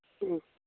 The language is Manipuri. ꯎꯝ